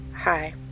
Hi